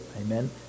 amen